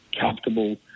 comfortable